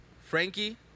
Frankie